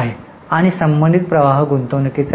आहे आणि संबंधित प्रवाह गुंतवणूकीचे आहे